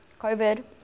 COVID